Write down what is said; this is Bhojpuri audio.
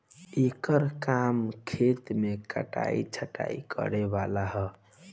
एकर काम खेत मे कटाइ छटाइ करे वाला ह